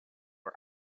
for